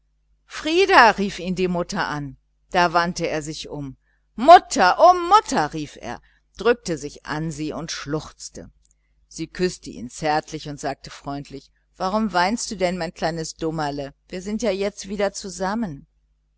frieder rief ihn die mutter an da wandte er sich mutter o mutter rief er drückte sich an sie und schluchzte sie küßte ihn zärtlich und sagte ihm freundlich warum weinst du denn mein kleines dummerle wir sind ja jetzt wieder beisammen